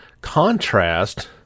contrast